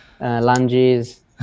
lunges